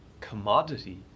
commodity